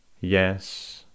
Yes